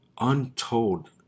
untold